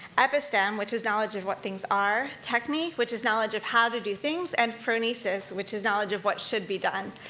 episteme, which is knowledge of what things are, techne, which is knowledge of how to do things, and phronesis, which is knowledge of what should be done.